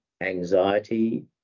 anxiety